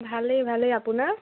ভালেই ভালেই আপোনাৰ